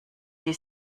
sie